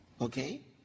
Okay